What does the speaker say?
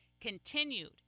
continued